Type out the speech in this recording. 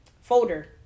folder